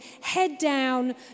head-down